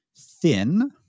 thin